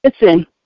listen